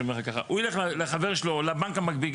הוא ילך לחבר שלו או לבנק המקביל,